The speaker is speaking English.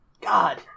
God